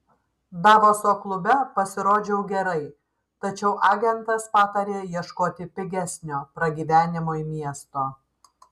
davoso klube pasirodžiau gerai tačiau agentas patarė ieškoti pigesnio pragyvenimui miesto